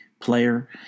Player